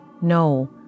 no